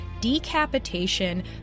decapitation